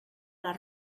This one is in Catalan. les